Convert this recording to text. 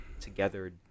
together